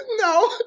No